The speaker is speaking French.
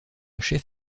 chef